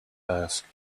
ask